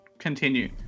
continue